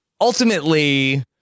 ultimately